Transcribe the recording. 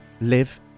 live